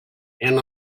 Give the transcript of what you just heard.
and